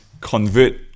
convert